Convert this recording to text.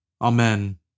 Amen